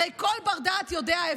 הרי כל בר-דעת יודע,